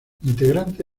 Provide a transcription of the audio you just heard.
integrante